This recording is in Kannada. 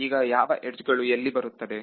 ಈಗ ಯಾವ ಎಡ್ಜ್ ಗಳು ಇಲ್ಲಿ ಬರುತ್ತದೆ